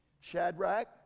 Shadrach